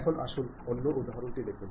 এখন আসুন অন্য উদাহরণটি দেখুন